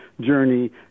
journey